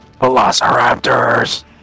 Velociraptors